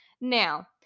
Now